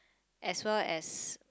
as well as